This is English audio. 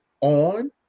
on